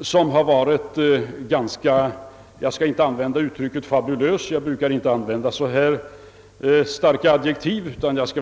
som varit alldeles påtaglig — jag skall inte använda uttrycket fabulös, ty jag brukar inte använda så starka ord.